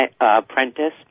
apprentice